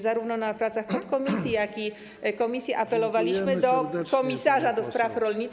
Zarówno w pracach podkomisji, jak i komisji apelowaliśmy do komisarza do spraw rolnictwa.